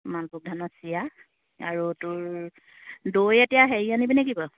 মালভোগ ধানৰ চিৰা আৰু তোৰ দৈ এতিয়া হেৰি আনিবি নে কি বাৰু